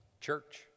Church